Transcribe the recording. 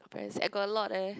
embarass I got a lot eh